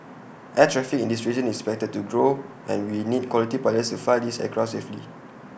air traffic in this region is expected to grow and we need quality pilots to fly these aircraft safely